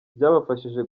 byabafashije